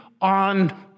on